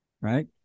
right